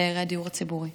דיירי הדיור הציבורי.